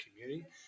community